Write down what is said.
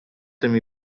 tym